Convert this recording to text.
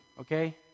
okay